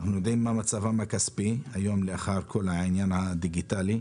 אנחנו יודעים מה מצבם הכספי לאחר כל העניין הדיגיטאלי,